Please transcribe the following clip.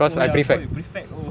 oh ya because you prefect oh